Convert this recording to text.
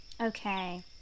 Okay